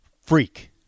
Freak